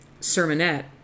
sermonette